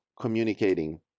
communicating